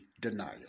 denial